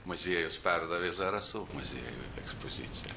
muziejus perdavė zarasų muziejui ekspoziciją